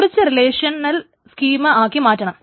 മുറിച്ച് relational schema ആക്കി മാറ്റണം